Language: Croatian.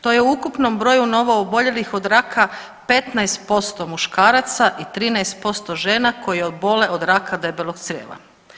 To je u ukupnom broju novooboljelih od raka 15% muškaraca i 13% žena koji obole od raka debelog crijeva.